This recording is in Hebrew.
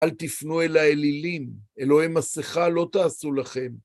אל תפנו אל האלילים, אלוהי מסכה לא תעשו לכם.